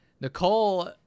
nicole